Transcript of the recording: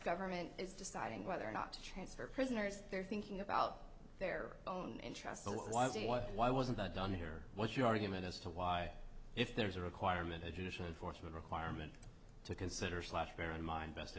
government is deciding whether or not to transfer prisoners they're thinking about their own interest so why what why wasn't that done here what's your argument as to why if there's a requirement education for some of requirement to consider slash bear in mind best